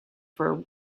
for